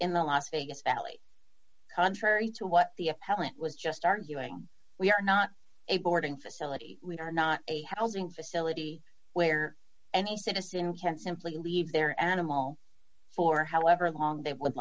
in the las vegas valley contrary to what the appellant was just arguing we are not a boarding facility we are not a housing facility where any citizen can simply leave their animal for however long they would